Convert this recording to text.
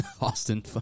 Austin